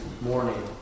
morning